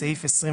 סעיף 29